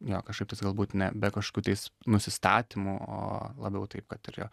jo kažkaip tais galbūt ne be kažkokių tais nusistatymų labiau taip kad ir jo